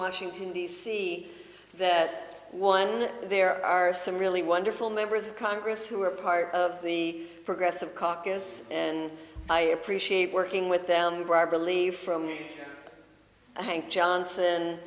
washington d c that one there are some really wonderful members of congress who are part of the progressive caucus and i appreciate working with them where i believe from hank johnson